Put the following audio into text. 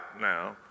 now